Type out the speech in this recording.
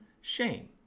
shame